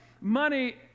money